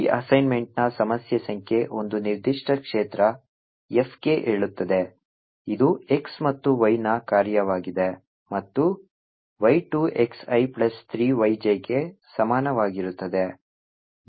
ಈ ಅಸೈನ್ಮೆಂಟ್ನ ಸಮಸ್ಯೆ ಸಂಖ್ಯೆ ಒಂದು ನಿರ್ದಿಷ್ಟ ಕ್ಷೇತ್ರ F ಗೆ ಹೇಳುತ್ತದೆ ಇದು x ಮತ್ತು y ನ ಕಾರ್ಯವಾಗಿದೆ ಮತ್ತು y 2 x i plus 3 y j ಗೆ ಸಮಾನವಾಗಿರುತ್ತದೆ